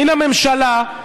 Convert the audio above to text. מן הממשלה,